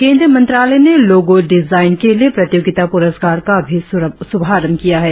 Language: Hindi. केन्द्रीय मंत्रालय ने लोगो डिजाइन के लिए प्रतियोगिता पुरस्कार का भी शुभारंभ किया है